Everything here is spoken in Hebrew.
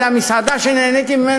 זו המסעדה שהכי נהניתי בה,